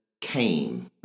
came